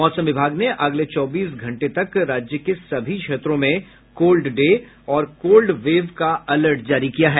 मौसम विभाग ने अगले चौबीस घंटे तक राज्य के सभी क्षेत्रों में कोल्ड डे और कोल्ड वेव का अलर्ट जारी किया है